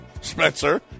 Spencer